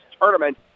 tournament